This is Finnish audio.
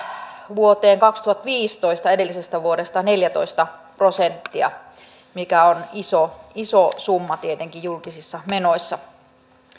vuoteen kaksituhattaviisitoista edellisestä vuodesta neljätoista prosenttia mikä on iso iso summa tietenkin julkisissa menoissa